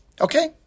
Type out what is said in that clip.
Okay